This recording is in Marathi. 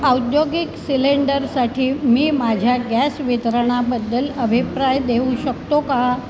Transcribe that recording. औद्योगिक सिलेंडरसाठी मी माझ्या गॅस वितरणाबद्दल अभिप्राय देऊ शकतो का